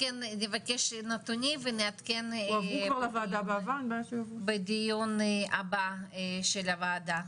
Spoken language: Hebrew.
אנחנו כן נבקש נתונים ונעדכן בדיון הבא של הוועדה.